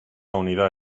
unidad